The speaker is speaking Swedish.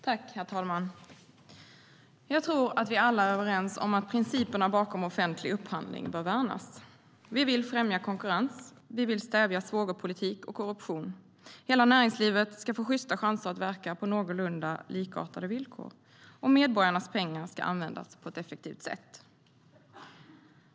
Herr talman! Jag tror att vi alla är överens om att principerna bakom offentlig upphandling bör värnas. Vi vill främja konkurrens. Vi vill stävja svågerpolitik och korruption. Hela näringslivet ska få sjysta chanser att verka på någorlunda likartade villkor. Och medborgarnas pengar ska användas på ett effektivt sätt.